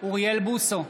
אוריאל בוסו,